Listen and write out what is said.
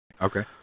Okay